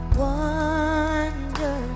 wonder